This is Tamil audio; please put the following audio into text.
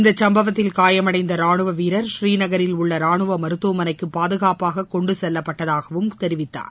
இந்த சம்பவத்தில் காயமடைந்த ராணுவ வீரர் புரீநகரில் உள்ள ராணுவ மருத்துவமனைக்கு பாதுகாப்பாக கொண்டு செல்லப்பட்டதாகவும் தெரிவித்தார்